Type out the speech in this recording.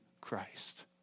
Christ